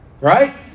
Right